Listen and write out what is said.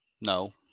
No